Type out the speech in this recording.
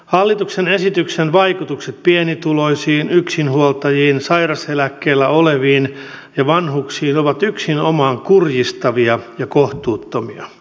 hallituksen esityksen vaikutukset pienituloisiin yksinhuoltajiin sairauseläkkeellä oleviin ja vanhuksiin ovat yksinomaan kurjistavia ja kohtuuttomia